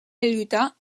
lluitar